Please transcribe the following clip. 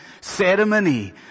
ceremony